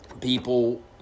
people